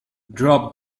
drop